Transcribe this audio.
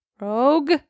Rogue